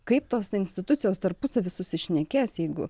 kaip tos institucijos tarpusavy susišnekės jeigu